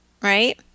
Right